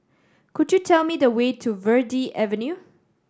could you tell me the way to Verde Avenue